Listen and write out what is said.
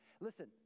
Listen